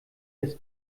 des